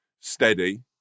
steady